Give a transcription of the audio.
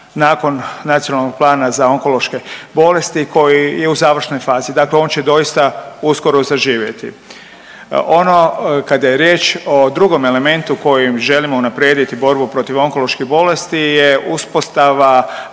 nakon Nacionalnog plana za onkološke bolesti koji je u završnoj fazi. Dakle, on će doista uskoro zaživjeti. Ono kada je riječ o drugom elementu kojim želimo unaprijediti borbu protiv onkoloških bolesti je uspostava